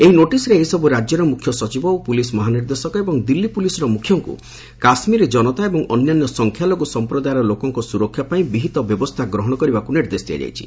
ଏହି ନୋଟିସ୍ରେ ଏହିସବୁ ରାଜ୍ୟର ମୁଖ୍ୟସଚିବ ପୁଲିସ ମହାନିର୍ଦ୍ଦେଶକ ଏବଂ ଦିଲ୍ଲୀ ପୁଲିସର ମୁଖ୍ୟଙ୍କୁ କାଶ୍ମୀରୀ ଜନତା ଏବଂ ଅନ୍ୟାନ୍ୟ ସଂଖ୍ୟାଲଘୁ ସଂପ୍ରଦାୟର ଲୋକଙ୍କ ସୁରକ୍ଷା ପାଇଁ ବିହିତ ବ୍ୟବସ୍ଥା ଗ୍ରହଣ କରିବାକୁ ନିର୍ଦ୍ଦେଶ ଦିଆଯାଇଛି